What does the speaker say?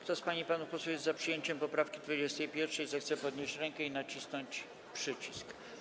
Kto z pań i panów posłów jest za przyjęciem poprawki 21., zechce podnieść rękę i nacisnąć przycisk.